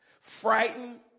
Frightened